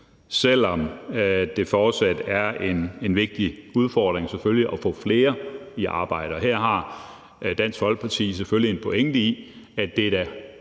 selvfølgelig fortsat er en vigtig udfordring at få flere i arbejde? Og her har Dansk Folkeparti selvfølgelig en pointe i,